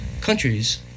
countries